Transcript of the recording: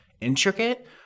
intricate